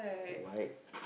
white